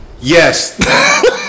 Yes